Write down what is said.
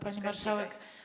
Pani Marszałek!